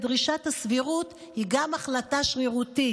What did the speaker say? דרישת הסבירות היא גם החלטה שרירותית.